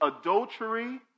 adultery